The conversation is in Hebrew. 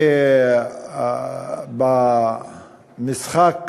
ובמשחק